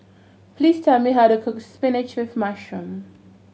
please tell me how to cook spinach with mushroom